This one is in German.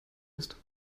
ist